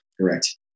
correct